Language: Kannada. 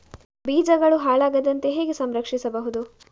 ಬೀಜಗಳು ಹಾಳಾಗದಂತೆ ಹೇಗೆ ಸಂರಕ್ಷಿಸಬಹುದು?